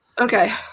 Okay